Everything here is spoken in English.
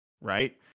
right